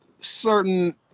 certain